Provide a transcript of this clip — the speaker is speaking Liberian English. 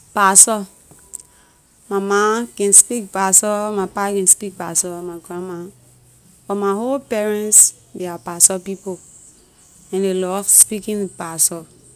Bassa, my ma can speak bassa, my pa can speak bassa and my grand ma- but my whole parents, they are bassa people and they love speaking bassa.